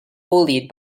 bullied